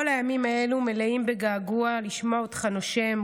כל הימים האלה מלאים בגעגוע לשמוע אותך נושם,